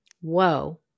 Whoa